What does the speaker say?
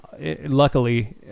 luckily